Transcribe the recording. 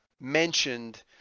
mentioned